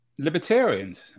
Libertarians